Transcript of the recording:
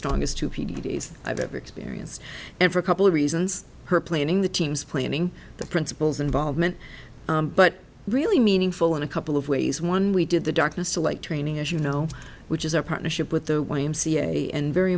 strongest to p d s i've ever experienced and for a couple of reasons her planing the team's planning the principals involvement but really meaningful in a couple of ways one we did the darkness to light training as you know which is our partnership with the y m c a and very